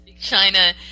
China